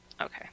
okay